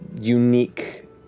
unique